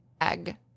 egg